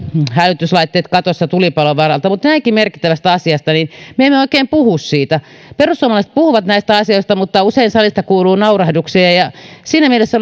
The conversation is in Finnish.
hälytyslaitteet katossa tulipalon varalta mutta näinkin merkittävästä asiasta me emme oikein puhu perussuomalaiset puhuvat näistä asioista mutta usein salista kuuluu naurahduksia ja siinä mielessä